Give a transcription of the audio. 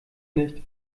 nicht